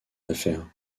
affaire